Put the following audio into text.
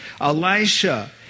Elisha